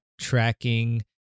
tracking